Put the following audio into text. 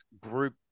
group